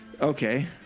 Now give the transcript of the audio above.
Okay